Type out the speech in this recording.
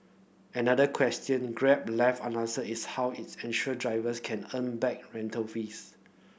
another question Grab left unanswered is how its ensure drivers can earn back rental fees